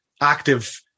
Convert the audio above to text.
active